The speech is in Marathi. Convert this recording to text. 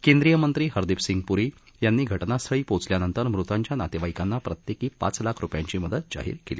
केंद्रीयमंत्री हरदीप सिंग प्री यांनी घटनास्थळी पोहोचल्यानंतर मृतांच्या नोतवाईकांना प्रत्येकी पाच लाख रुपयांची मदत जाहीर केली